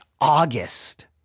August